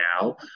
now